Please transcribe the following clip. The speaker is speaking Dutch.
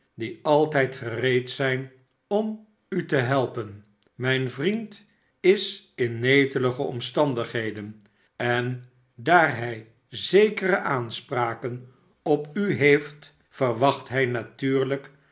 die altijd gereed zijn om u te helpen mijn vriend is in netelige omstandigheden en daar hij zekere aanspraken op u heeft verwacht hij natuurlijk